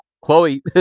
Chloe